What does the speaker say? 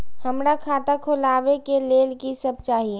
हमरा खाता खोलावे के लेल की सब चाही?